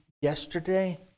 yesterday